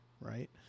right